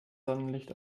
sonnenlicht